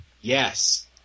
Yes